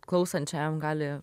klausančiajam gali